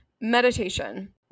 Meditation